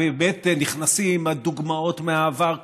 עם דוגמאות מהעבר,